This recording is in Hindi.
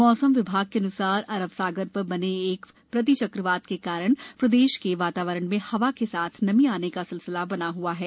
मौसम विभाग के अन्सार अरब सागर प्र बने एक प्रति चक्रवात के कारण प्रदेश के वातावरण में हवा के साथ नमी आने का सिलसिला बना हआ है